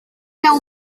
blau